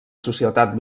societat